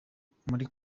kuri